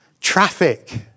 traffic